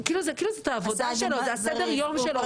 זה סדר היום שלו.